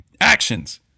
actions